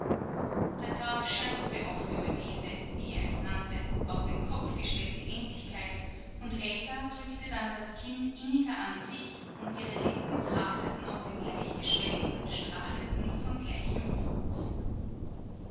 der graf scherzte oft über diese wie er es nannte auf den kopf gestellte ähnlichkeit und elga drückte dann das kind inniger an sich und ihre lippen hafteten auf den gleichgeschwellten strahlenden von gleichem rot